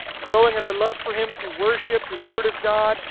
growing in our love for him through worship through the word of god.